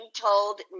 told